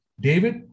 David